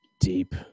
deep